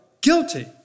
guilty